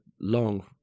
long